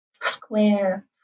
square